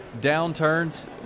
downturns